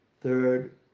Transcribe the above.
Third